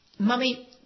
Mummy